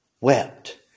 wept